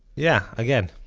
yeah, again